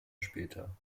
später